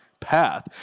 Path